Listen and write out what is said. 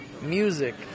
Music